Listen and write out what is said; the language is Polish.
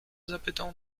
zapytał